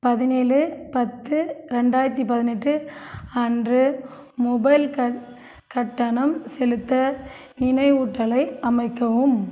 பதினேழு பத்து ரெண்டாயிரத்தி பதினெட்டு அன்று மொபைல் கட்டணம் செலுத்த நினைவூட்டலை அமைக்கவும்